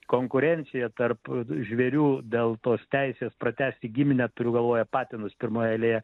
konkurencija tarp žvėrių dėl tos teisės pratęsti giminę turiu galvoje patinus pirmoje eilėje